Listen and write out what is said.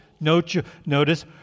Notice